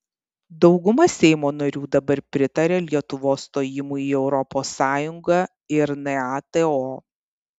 dauguma seimo narių dabar pritaria lietuvos stojimui į europos sąjungą ir nato